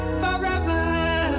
forever